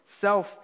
self